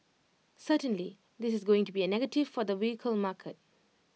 certainly this is going to be A negative for the vehicle market